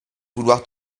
vouloir